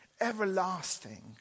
everlasting